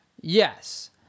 yes